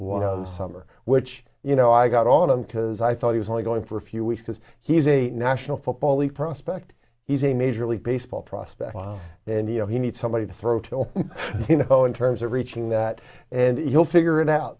one of summer which you know i got on him because i thought he was only going for a few weeks because he's a national football league prospect he's a major league baseball prospect wow and you know he needs somebody to throw to you know in terms of reaching that and he'll figure it out